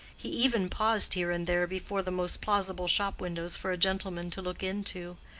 he even paused here and there before the most plausible shop-windows for a gentleman to look into,